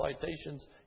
citations